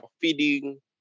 feeding